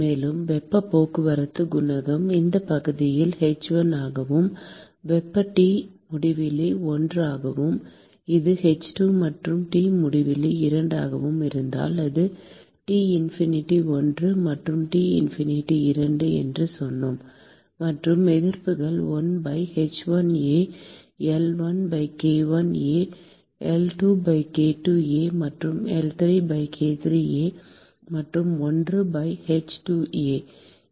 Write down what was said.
மேலும் வெப்பப் போக்குவரத்துக் குணகம் இந்தப் பக்கத்தில் h1 ஆகவும் வெப்பநிலை T முடிவிலி 1 ஆகவும் இது h2 மற்றும் T முடிவிலி 2 ஆகவும் இருந்தால் அது T infinity 1 மற்றும் T infinity 2 என்று சொன்னோம் மற்றும் எதிர்ப்புகள் 1 by h1A L1 by k1A L2 by k2A மற்றும் L3 by k3A மற்றும் 1 by h2A